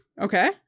Okay